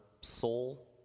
soul